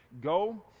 go